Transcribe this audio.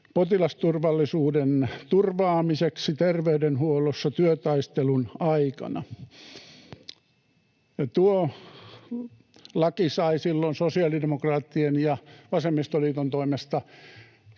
potilasturvallisuuden turvaamiseksi terveydenhuollossa työtaistelun aikana — tuo laki sai silloin sosiaalidemokraattien ja vasemmistoliiton toimesta